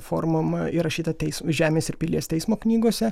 formuma įrašyta teis žemės ir pilies teismo knygose